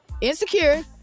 insecure